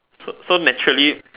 so so naturally